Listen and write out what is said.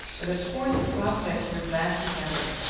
but of course the prospects were vastly better.